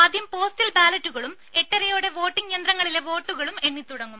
ആദ്യം പോസ്റ്റൽ ബാലറ്റുകളും എട്ടരയോടെ വോട്ടിംഗ് യന്ത്രങ്ങളിലെ വോട്ടുകളും എണ്ണിത്തുടങ്ങും